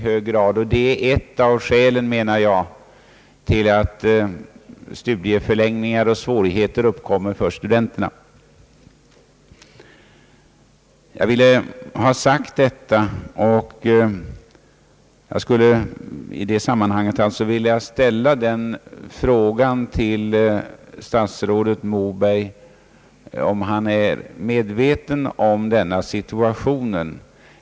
Det menar jag är ett av skälen till att Jag ville ha sagt detta, och jag skulle i detta sammanhang vilja fråga statsrådet Moberg om han är medveten om denna situation.